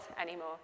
anymore